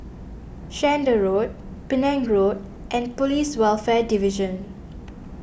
Chander Road Penang Road and Police Welfare Division